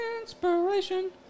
Inspiration